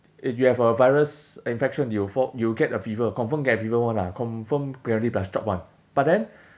if you have a virus infection you will fall you will get a fever confirm get a fever [one] ah confirm guarantee plus chop [one] but then